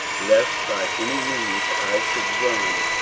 lest by any means i should run,